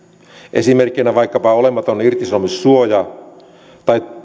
esimerkkeinä vaikkapa olematon irtisanomissuoja tai